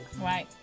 Right